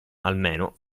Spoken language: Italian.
almeno